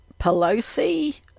Pelosi